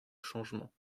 changement